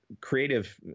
creative